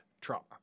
trauma